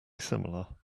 similar